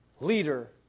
leader